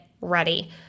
ready